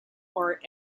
are